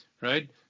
Right